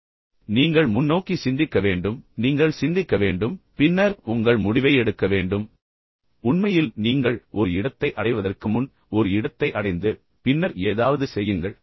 எனவே நீங்கள் முன்னோக்கி சிந்திக்க வேண்டும் நீங்கள் சிந்திக்க வேண்டும் பின்னர் உங்கள் முடிவை எடுக்க வேண்டும் உண்மையில் நீங்கள் ஒரு இடத்தை அடைவதற்கு முன் ஒரு இடத்தை அடைந்து பின்னர் ஏதாவது செய்யுங்கள்